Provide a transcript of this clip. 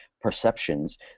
perceptions